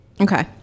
okay